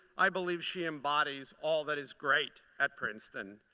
i believe she embodies all that is great at princeton.